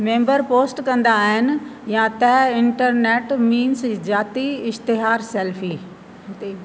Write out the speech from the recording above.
member post कंदा आहिनि या त इंटरनेट मीम्स जाती इश्तेहारु सैल्फी ते